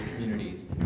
communities